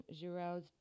Giraud's